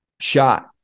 shot